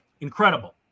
Incredible